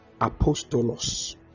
apostolos